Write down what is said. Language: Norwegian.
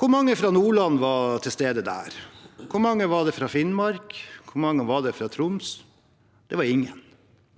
Hvor mange fra Nordland var til stede der? Hvor mange var det fra Finnmark, og hvor mange var det fra Troms? Det var ingen.